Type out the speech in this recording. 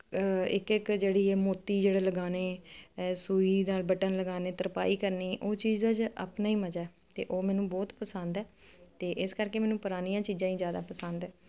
ਇੱਕ ਇੱਕ ਜਿਹੜੀ ਮੋਤੀ ਜਿਹੜੇ ਲਗਾਣੇ ਸੂਈ ਨਾਲ ਬਟਨ ਲਗਾਣੇ ਤਰਪਾਈ ਕਰਨੀ ਉਹ ਚੀਜ਼ ਅੱਜ ਆਪਣਾ ਹੀ ਮਜਾ ਤੇ ਉਹ ਮੈਨੂੰ ਬਹੁਤ ਪਸੰਦ ਹ ਤੇ ਇਸ ਕਰਕੇ ਮੈਨੂੰ ਪੁਰਾਣੀਆਂ ਚੀਜ਼ਾਂ ਹੀ ਜਿਆਦਾ ਪਸੰਦ